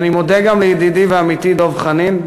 שאני מודה גם לידידי ועמיתי דב חנין,